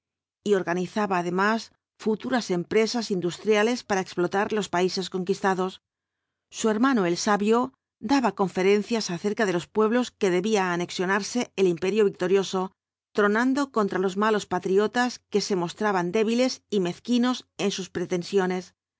y organizaba además futuras empresas industriales para explotar los países conquistados su hermano el sabio daba conferencias acerca de los pueblos que debía anexionarse el imperio victorioso tronando contra los malos patriotas que se mostraban débiles y mezquinos en sus pretensiones